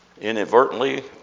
inadvertently